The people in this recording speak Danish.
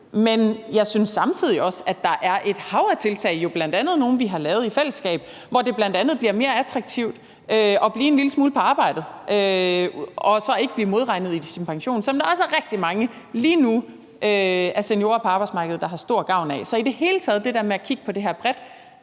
Men jeg synes samtidig også, at der er et hav af tiltag – bl.a. nogle, vi har lavet i fællesskab – hvor det bl.a. bliver mere attraktivt at blive en lille smule på arbejdet, uden at man bliver modregnet i sin pension, hvilket der er rigtig mange seniorer på arbejdsmarkedet, der lige nu har stor gavn af. Så det er i det hele taget det her med at kigge på det bredt.